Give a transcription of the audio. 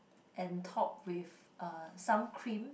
and topped with uh some cream